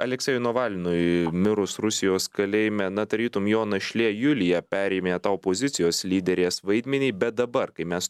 aleksejui novalnui mirus rusijos kalėjime na tarytum jo našlė julija perėmė tą opozicijos lyderės vaidmenį bet dabar kai mes